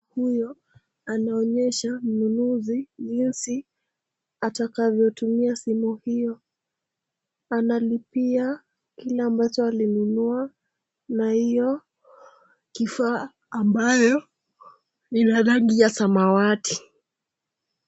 Huyo anaonyesha mnunuzi jinsi atakavyotumia simu hiyo. Analipia kile ambacho alinunua na hiyo kifaa ambayo ni la rangi ya samawati.